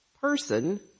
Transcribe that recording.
person